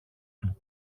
του